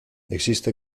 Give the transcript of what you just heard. existe